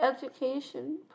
education